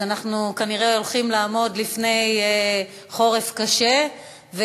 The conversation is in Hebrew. אז אנחנו כנראה הולכים לעמוד בפני חורף קשה.